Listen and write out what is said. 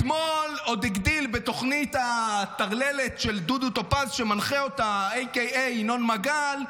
אתמול עוד הגדיל בתוכנית הטרללת של דודו טופז שמנחה אותה aka ינון מגל,